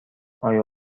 آیا